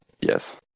Yes